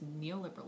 neoliberalism